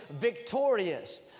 victorious